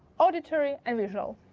auditory, and visual,